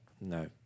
no